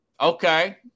Okay